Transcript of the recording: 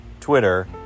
Twitter